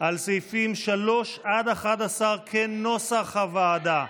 על סעיפים 3 11 כנוסח הוועדה.